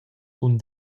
cun